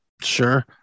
Sure